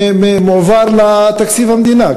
מועבר לתקציב המדינה,